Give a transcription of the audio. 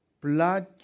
blood